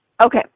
Okay